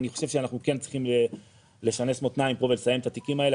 אני חושב שאנחנו כן צריכים לשנס מותניים פה ולסיים את התיקים האלה.